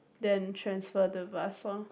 then transfer to bus lor